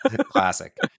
classic